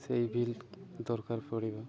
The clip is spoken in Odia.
ସେହି ବିଲ୍ ଦରକାର ପଡ଼ିବ